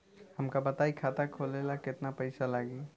हमका बताई खाता खोले ला केतना पईसा लागी?